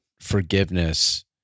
forgiveness